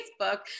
Facebook